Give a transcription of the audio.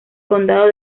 condado